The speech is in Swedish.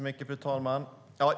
Fru talman!